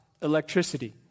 electricity